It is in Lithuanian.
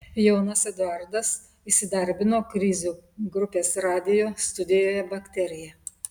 jonas eduardas įsidarbino krizių grupės radijo studijoje bakterija